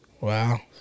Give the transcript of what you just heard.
Wow